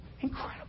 Incredible